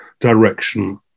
direction